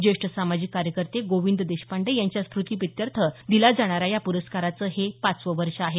ज्येष्ठ सामाजिक कार्यकर्ते गोविंद देशपांडे यांच्या स्मृत्यर्थ दिल्या जाणाऱ्या या पुरस्काराचं हे पाचवं वर्ष आहे